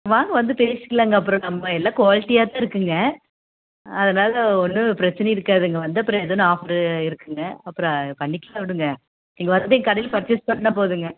வாங்க வந்து பேசிக்கலாங்க அப்புறம் நம்ம எல்லாம் குவாலிட்டியாக தான் இருக்குங்க அதனால ஒன்றும் பிரச்சனை இருக்காதுங்க வந்தப்புறம் எதனா ஆஃபரு இருக்குங்க அப்புறம் பண்ணிக்கலாம் விடுங்க நீங்கள் வந்து எங்கள் கடையில பர்ச்சேஸ் பண்ணா போதுங்க